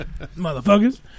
motherfuckers